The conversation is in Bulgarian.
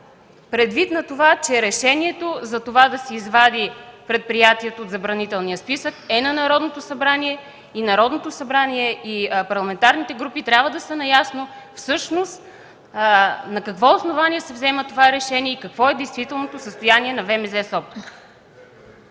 Предвид на това, че решението да се извади предприятието от Забранителния списък е на Народното събрание. Затова Народното събрание и парламентарните групи трябва да са наясно всъщност на какво основание се взема това решение и какво е действителното състояние на ВМЗ –